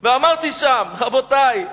ואמרתי שם: רבותי,